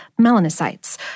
melanocytes